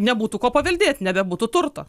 nebūtų ko paveldėt nebebūtų turto